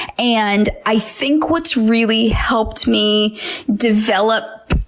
and i think what's really helped me develop,